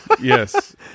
Yes